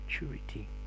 maturity